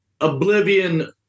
oblivion